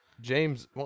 James